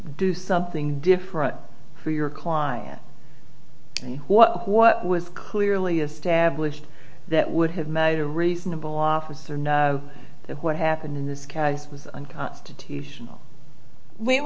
do something different to your client than what what was clearly established that would have made a reasonable officer know that what happened in this case was unconstitutional